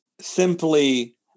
simply